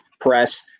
press